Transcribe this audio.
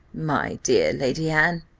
my dear lady anne,